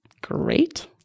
great